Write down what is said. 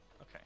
Okay